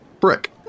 brick